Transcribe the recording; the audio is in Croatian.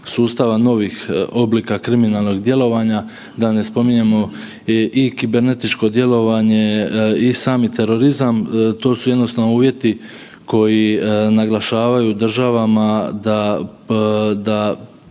sustava novih oblika kriminalnog djelovanja da ne spominjemo i kibernetičko djelovanje i sami terorizam. To su jednostavno uvjeti koji naglašavaju državama da